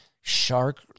shark